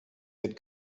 had